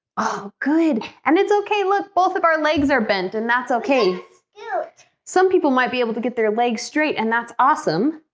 good and it's okay look both of our legs are bent and that's okay yeah some people might be able to get their legs straight and that's awesome.